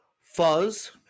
fuzz